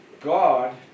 God